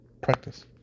Practice